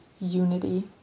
unity